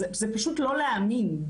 זה פשוט לא להאמין,